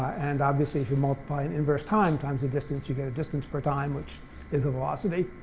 and obviously, if you multiply an inverse time times the distance you get a distance per time, which is the velocity,